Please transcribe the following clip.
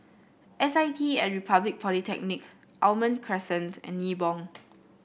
S I T at Republic Polytechnic Almond Crescent and Nibong